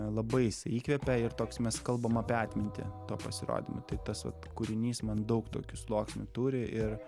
labai jis įkvepia ir toks mes kalbam apie atmintį tuo pasirodymu tai tas vat kūrinys man daug tokių sluoksnių turi ir